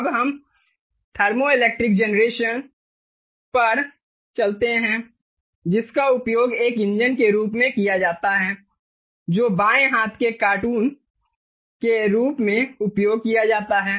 अब हम thermoelectric generation पर चलते हैं जिसका उपयोग एक इंजन के रूप में किया जाता है जो बाएं हाथ के कार्टून के रूप में उपयोग किया जाता है